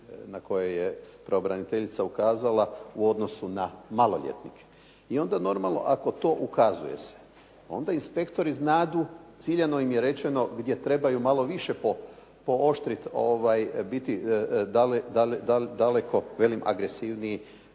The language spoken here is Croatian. na koje je pravobraniteljica ukazala u odnosu na maloljetnike. I onda normalno ako to ukazuje se, onda inspektori znadu, ciljano im je rečeno gdje trebaju malo više pooštriti, biti daleko velim agresivniji,